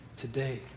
today